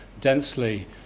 densely